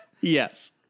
yes